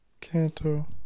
Canto